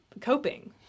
coping